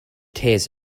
tears